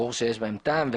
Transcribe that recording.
ברור שיש בהם טעם,